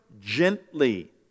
gently